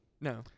No